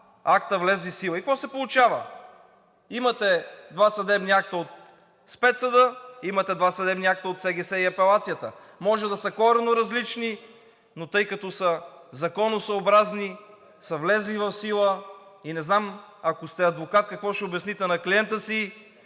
акта, влезли в сила. И какво се получава?! Имате два съдебни акта от Спецсъда, имате два съдебни акта – от СГС и Апелацията, които може да са коренно различни, но тъй като са законосъобразни, са влезли в сила и не знам, ако сте адвокат, какво ще обясните на клиента си